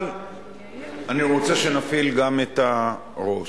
אבל אני רוצה שנפעיל גם את הראש.